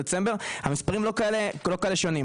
דצמבר המספרים לא כאלה שונים.